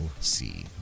see